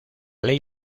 ley